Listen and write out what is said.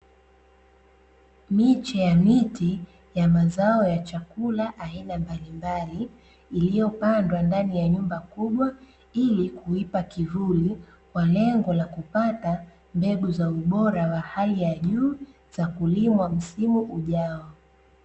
Miche ya miti ya mazao ya chakula, aina mbalimbali, iliyopandwa ndani ya nyumba kubwa ili kuipa kivuli, kwa lengo la kupata mbegu za ubora wa hali ya juu za kulimwa msimu ujao.